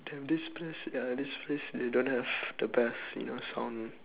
damn this place ya this place they don't have the best you know sound